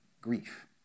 grief